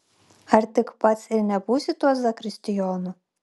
ar tik pats ir nebūsi tuo zakristijonu